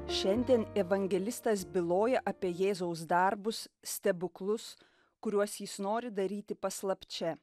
šiandien evangelistas byloja apie jėzaus darbus stebuklus kuriuos jis nori daryti paslapčia